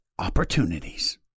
opportunities